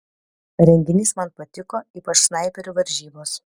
renginys man patiko ypač snaiperių varžybos